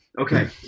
Okay